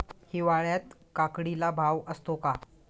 हिवाळ्यात काकडीला भाव असतो का?